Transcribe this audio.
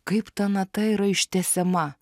kaip ta nata yra ištęsiama